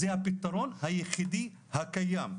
כי זה הפתרון היחידי הקיים.